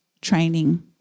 training